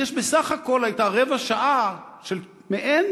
אז בסך הכול הייתה רבע שעה של מעין,